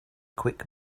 quick